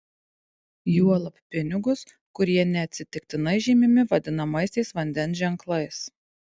juolab pinigus kurie neatsitiktinai žymimi vadinamaisiais vandens ženklais